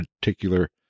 particular